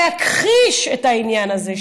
להכחיש את העניין הזה,